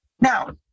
Now